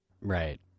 Right